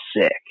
sick